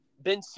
Ben